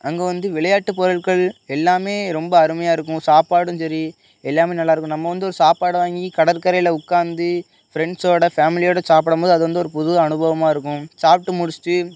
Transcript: அங்கே வந்து விளையாட்டு பொருட்கள் எல்லாம் ரொம்ப அருமையாகருக்கும் சாப்பாடும் சரி எல்லாம் நல்லாயிருக்கும் நம்ம வந்து ஒரு சாப்பாடை வாங்கி கடற்கரையில் உட்காந்து ஃப்ரெண்ஸோடய ஃபேமிலியோடய சாப்பிடம் போது அது வந்து ஒரு புது அனுபவமாக இருக்கும் சாப்பிட்டு முடிச்சுட்டு